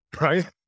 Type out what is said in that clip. Right